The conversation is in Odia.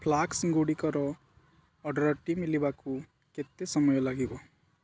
ଫ୍ଲାସ୍କ ଗୁଡ଼ିକର ଅର୍ଡ଼ର୍ଟି ମିଳିବାକୁ କେତେ ସମୟ ଲାଗିବ